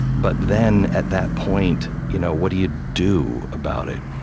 but then, at that point, you know what do you do about it?